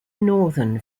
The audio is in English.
northern